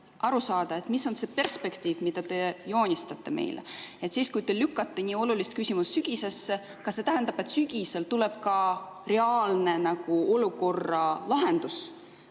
aru saada, mis on see perspektiiv, mida te joonistate meile. Kui te lükkate nii olulise küsimuse sügisesse, kas see tähendab, et sügisel tuleb ka reaalne olukorra lahendus?